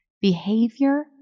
behavior